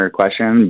question